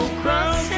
cross